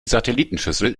satellitenschüssel